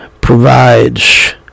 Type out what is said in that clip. provides